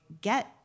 get